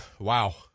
wow